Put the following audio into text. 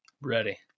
Ready